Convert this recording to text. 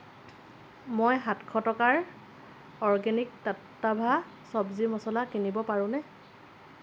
মই সাতশ টকাৰ অৰ্গেনিক টাট্টাভা চব্জি মছলা কিনিব পাৰোঁনে